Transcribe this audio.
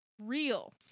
real